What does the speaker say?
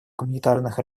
гуманитарных